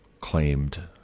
claimed